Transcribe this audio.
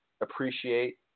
appreciate